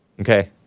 Okay